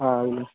అవునా